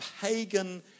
pagan